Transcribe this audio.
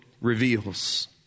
reveals